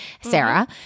Sarah